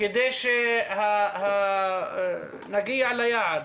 כדי שנגיע ליעד.